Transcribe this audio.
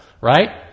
right